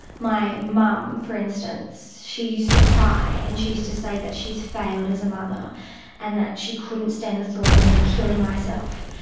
my mum, for instance, she used to cry and she used to say that she's failed as a mother and that she couldn't stand the thought of me killing myself.